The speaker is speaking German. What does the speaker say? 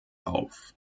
auf